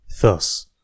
thus